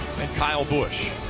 kyle busch.